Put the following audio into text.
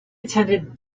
attended